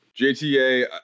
JTA